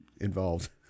involved